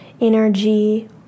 Energy